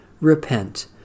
Repent